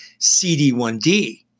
CD1D